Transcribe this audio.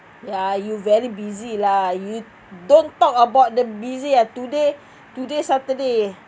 ya you very busy lah you don't talk about the busy ah today today saturday